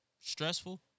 stressful